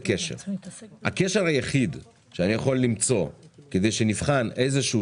הקשר היחיד שאני יכול למצוא כדי שנבחן איזשהו